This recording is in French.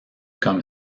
comme